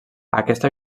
aquesta